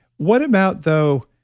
what about though.